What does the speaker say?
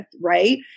right